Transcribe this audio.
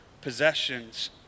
possessions